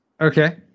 Okay